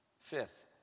Fifth